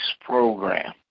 program